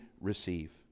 receive